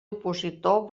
opositor